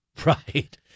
Right